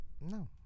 No